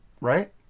right